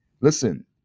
Listen